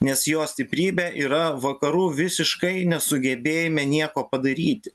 nes jo stiprybė yra vakarų visiškai nesugebėjime nieko padaryti